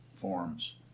forms